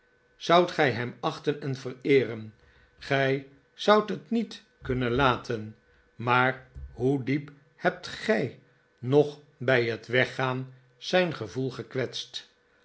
zoudt gij hem achten en vereeren gij zoudt het niet kunnen laten maar hoe diep hebt gij nog bij het weggaan zijn gevoel